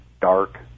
dark